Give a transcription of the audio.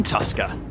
Tusker